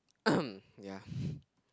ya